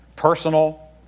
Personal